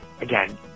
Again